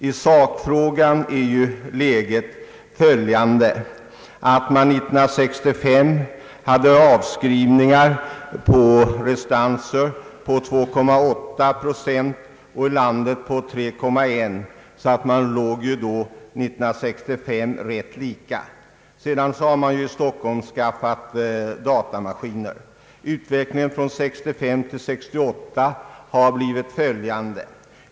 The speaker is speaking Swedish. I sakfrågan är läget följande: År 1965 hade man avskrivningar på restantier med 2,8 procent i Stockholm och 3,1 procent i landet i övrigt. Siffrorna från 1963 var alltså rätt lika. Sedan har man i Stockholm skaffat datamaskiner. Utvecklingen från 1965 till 1968 har blivit följande.